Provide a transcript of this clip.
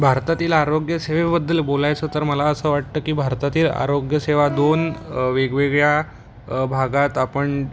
भारतातील आरोग्यसेवेबद्दल बोलायचं तर मला असं वाटतं की भारतातील आरोग्यसेवा दोन वेगवेगळ्या भागात आपण